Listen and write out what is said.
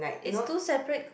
is two separate